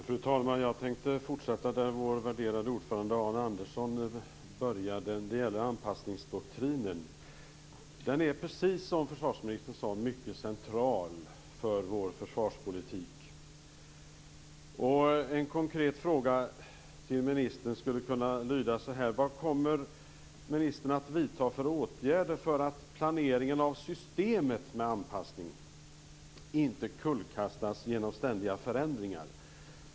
Fru talman! Jag tänkte fortsätta där vår värderade ordförande Arne Andersson började. Det gäller anpassningsdoktrinen. Den är precis som försvarsministern sade mycket central för vår försvarspolitik. En konkret fråga till ministern skulle kunna lyda: Vilka åtgärder kommer ministern att vidta för att planeringen av systemet med anpassning inte skall kullkastas genom ständiga förändringar?